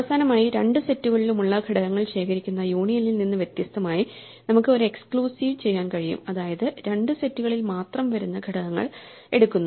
അവസാനമായി രണ്ട് സെറ്റുകളിലുമുള്ള ഘടകങ്ങൾ ശേഖരിക്കുന്ന യൂണിയനിൽ നിന്ന് വ്യത്യസ്തമായി നമുക്ക് ഒരു എക്സ്ക്ലൂസീവ് ചെയ്യാൻ കഴിയും അതായത് രണ്ട് സെറ്റുകളിൽ മാത്രം വരുന്ന ഘടകങ്ങൾ എടുക്കുന്നു